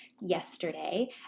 yesterday